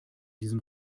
diesem